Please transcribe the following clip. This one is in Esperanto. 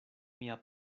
mia